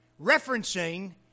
referencing